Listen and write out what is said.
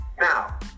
now